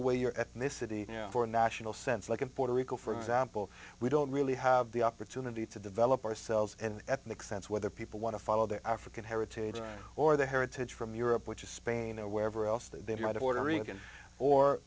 away your ethnicity or national sense like in puerto rico for example we don't really have the opportunity to develop ourselves in ethnic sense whether people want to follow the african heritage or the heritage from europe which is spain or wherever else the right ordering